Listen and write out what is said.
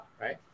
right